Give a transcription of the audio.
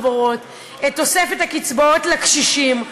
את תוספת הקצבאות לקשישים,